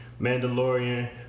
Mandalorian